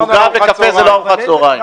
דיברתי על עוגה וקפה שזה לא ארוחת צהרים.